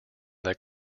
that